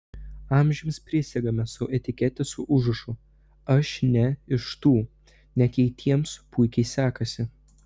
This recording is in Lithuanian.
amžiams prisegame sau etiketę su užrašu aš ne iš tų net jei tiems puikiai sekasi